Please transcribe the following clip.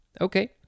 Okay